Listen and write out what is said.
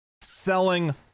Selling